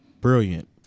brilliant